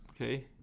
Okay